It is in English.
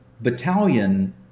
Battalion